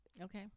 okay